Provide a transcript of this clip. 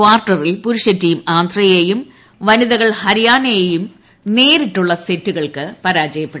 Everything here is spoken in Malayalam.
കാർട്ടറിൽ പുരുഷ ടീം ആന്ധ്രയെയും വനിതകൾ ഹരിയാനയെയും നേരിട്ടുള്ള സെറ്റുകൾക്ക് തോൽപ്പിച്ചു